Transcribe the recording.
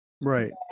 right